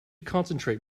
concentrate